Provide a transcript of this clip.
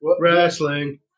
Wrestling